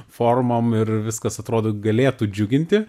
formom ir viskas atrodo galėtų džiuginti